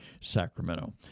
Sacramento